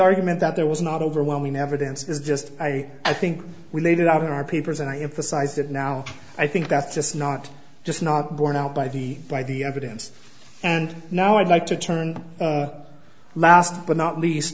argument that there was not overwhelming evidence is just i i think we laid it out in our papers and i emphasize that now i think that's just not just not borne out by the by the evidence and now i'd like to turn last but not least